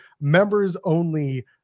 members-only